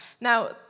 Now